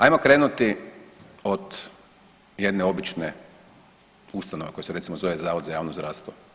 Ajmo krenuti od jedne obične ustanova koja se recimo zove zavod za javno zdravstvo.